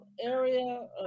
area